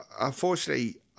Unfortunately